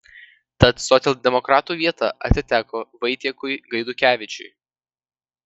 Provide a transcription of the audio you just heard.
tad socialdemokratų vieta atiteko vaitiekui gaidukevičiui